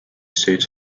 states